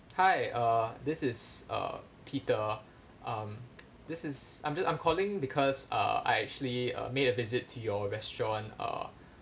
hi err this is err peter um this is I'm just I'm calling because err I actually uh made a visit to your restaurant err